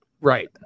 Right